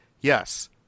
Yes